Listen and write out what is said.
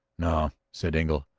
no, said engle.